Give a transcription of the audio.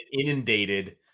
inundated